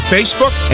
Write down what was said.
Facebook